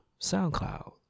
SoundCloud